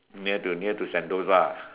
near to near to Sentosa